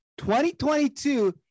2022